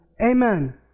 Amen